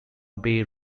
bay